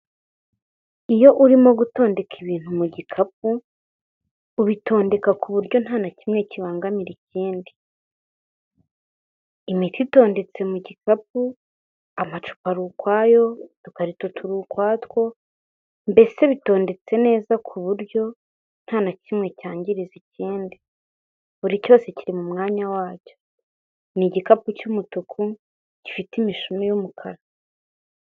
Iyo urimo gutondeka ibintu mu gikapu ubitondeka ku buryo nta na kimwe kibangara ikindi, imiti itondetse mu gikapu amacupa ari ukwayo, udukarito turi ukwatwo mbese bitondetse neza ku buryo nta na kimwe cyangiriza ikindi, buri cyose kiri mu mwanya wacyo; ni igikapu cy'umutuku gifite imishumi y'umukara.